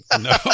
No